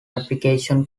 application